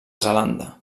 zelanda